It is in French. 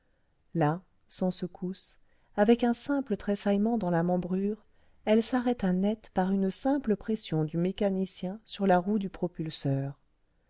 là sans secousses avec un simple tressaillement dans la membrure elle s'arrêta net par une simple pression du mécanicien sur la roue du propulseur